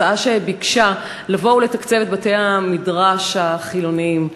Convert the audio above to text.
הצעה לתקצב את בתי-המדרש החילוניים.